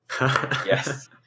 Yes